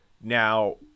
Now